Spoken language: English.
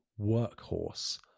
workhorse